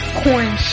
corn